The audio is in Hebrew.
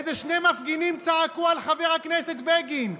איזה שני מפגינים צעקו על חבר הכנסת בגין.